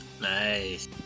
nice